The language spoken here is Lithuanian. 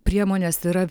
priemonės yra